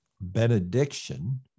benediction